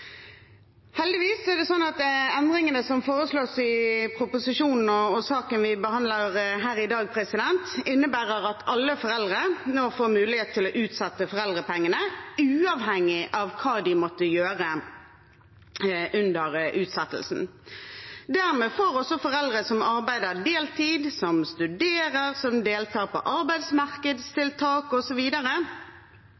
er det slik at endringene som foreslås i proposisjonen og saken vi behandler her i dag, innebærer at alle foreldre nå får mulighet til å utsette foreldrepengene, uavhengig av hva de måtte gjøre under utsettelsen. Dermed får også foreldre som arbeider deltid, som studerer, som deltar på